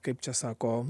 kaip čia sako